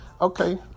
okay